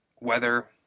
weather